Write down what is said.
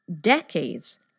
decades